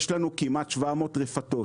יש לנו כמעט 700 רפתות,